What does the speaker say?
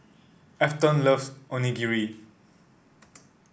Afton loves Onigiri